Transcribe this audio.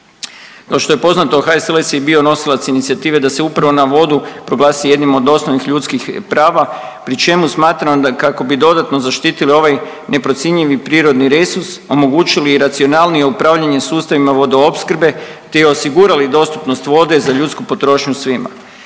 Kao što je poznato HSLS je bio nosilac inicijative da se upravo na vodu proglasi jednim od osnovnih ljudskih prava pri čemu smatram kako bi dodatno zaštiti ovaj neprocjenjivi prirodni resurs, omogućili i racionalnije upravljanje sustavima vodoopskrbe te osigurali dostupnost vode za ljudsku potrošnju svima.